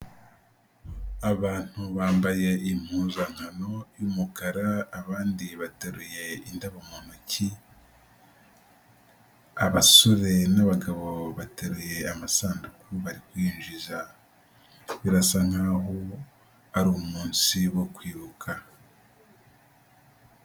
Abantu bambaye impuzankano y'umukara, abandi bateruye indabo mu ntoki, abasore n'abagabo bateruye amasanduku bari kwinjiza, birasa nk'aho ari umunsi wo kwiruka.